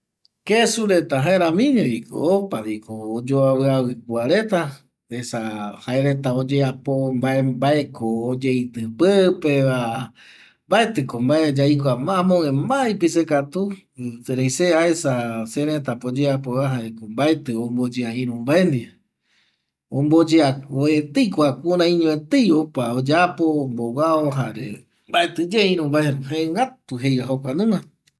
Kesu reta jaeramiñovi opaviko oyoavƚavƚ kua reta esa jaereta oyeapo mbae mbaeko oyetƚ pƚpeva mbaetƚko mbae yaikua ma amogue ma ipise katu erei se aesa seretape oyeapova jaeko mbaetƚ omboyea iru mbae ndie omboyeaetei kua kuraiñoetei opa oyapo omboguao jare mbaetƚye iru mbae jegätu jeiva jokuanunga